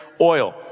Oil